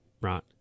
right